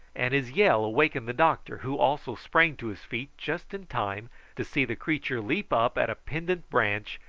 and his yell awakened the doctor, who also sprang to his feet just in time to see the creature leap up at a pendent branch,